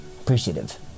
appreciative